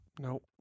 Nope